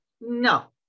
no